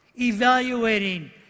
evaluating